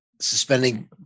suspending